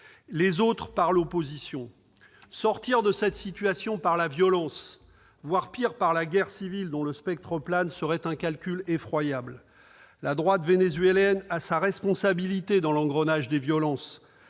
les autres par l'opposition. Sortir de cette situation par la violence, voire, pire, par la guerre civile dont le spectre plane, serait un calcul effroyable. La droite vénézuélienne a sa responsabilité dans l'engrenage des violences.